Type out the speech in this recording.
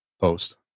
post